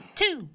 two